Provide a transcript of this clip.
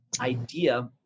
idea